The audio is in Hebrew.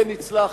כן, הצלחת,